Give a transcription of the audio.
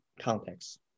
context